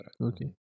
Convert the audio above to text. Okay